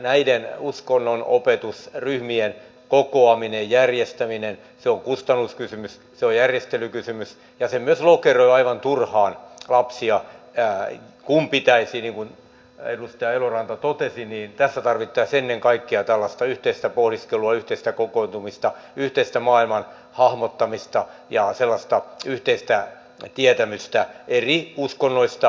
näiden uskonnonopetusryhmien kokoaminen järjestäminen on kustannuskysymys se on järjestelykysymys ja se myös lokeroi aivan turhaan lapsia kun tässä tarvittaisiin niin kuin edustaja eloranta totesi ennen kaikkea tällaista yhteistä pohdiskelua yhteistä kokoontumista yhteistä maailman hahmottamista ja sellaista yhteistä tietämystä eri uskonnoista